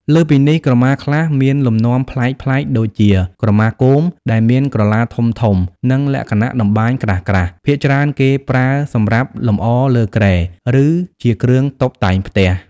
លើសពីនេះ ក្រមាខ្លះមានលំនាំប្លែកៗដូចជា ក្រមាគោម ដែលមានក្រឡាធំៗ និងលក្ខណៈតម្បាញក្រាស់ៗ ភាគច្រើនគេប្រើសម្រាប់លម្អលើគ្រែ ឬជាគ្រឿងតុបតែងផ្ទះ។